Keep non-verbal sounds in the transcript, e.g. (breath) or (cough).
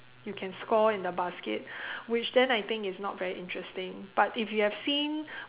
you can score in the basket (breath) which then I think is not very interesting but if you have seen